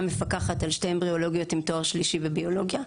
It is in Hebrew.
מפקחת על שתי אמבריולוגיות עם תואר שלישי בביולוגיה.